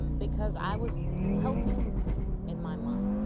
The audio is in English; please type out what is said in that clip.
because i was healthy in my mind.